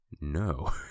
No